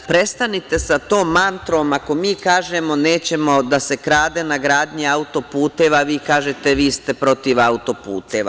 Prestanite sa tom mantrom, ako mi kažemo - nećemo da se krade na gradnji auto-puteva, vi kažete - vi ste protiv auto-puteva.